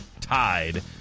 tied